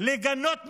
לגנות מחדש: